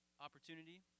opportunity